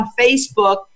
Facebook